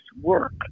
work